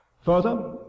Further